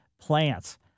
plants